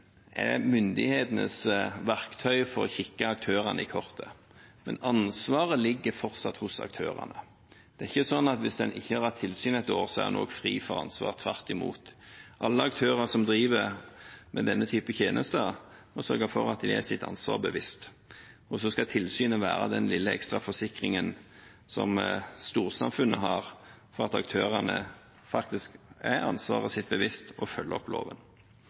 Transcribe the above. er myndighetenes verktøy for å kikke aktørene i kortene, men ansvaret ligger fortsatt hos aktørene. Det er ikke sånn at hvis en ikke har hatt tilsyn et år, så er en også fri for ansvar – tvert imot. Alle aktører som driver med denne type tjenester, må sørge for at de er seg sitt ansvar bevisst, og så skal tilsynet være den lille ekstra forsikringen som storsamfunnet har for at aktørene faktisk er seg sitt ansvar bevisst og følger loven.